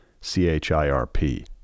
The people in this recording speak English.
C-H-I-R-P